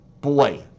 boy